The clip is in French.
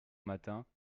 matin